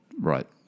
Right